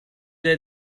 day